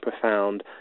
profound